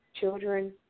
children